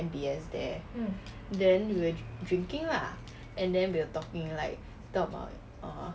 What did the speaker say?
M_B_S there then we were drinking lah and then we were talking like talk about uh